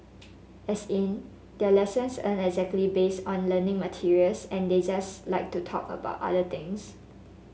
as in their lessons aren't exactly based on learning materials and they just like to talk about other things